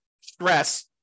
stress